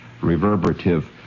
reverberative